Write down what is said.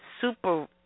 super